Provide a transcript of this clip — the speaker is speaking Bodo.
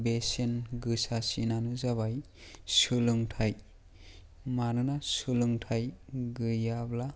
बेसेन गोसासिनानो जाबाय सोलोंथाइ मानोना सोलोंथाइ गैयाब्ला